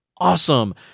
awesome